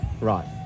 Right